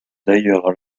d’ailleurs